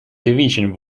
division